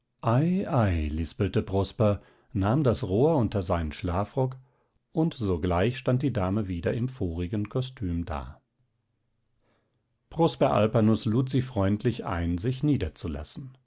ei lispelte prosper nahm das rohr unter seinen schlafrock und sogleich stand die dame wieder im vorigen kostüm da prosper alpanus lud sie freundlich ein sich niederzulassen